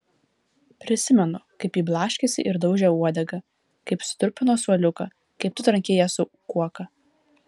prisimenu kaip ji blaškėsi ir daužė uodegą kaip sutrupino suoliuką kaip tu trankei ją su kuoka